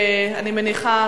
אני מניחה,